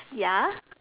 ya